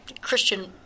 Christian